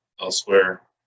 elsewhere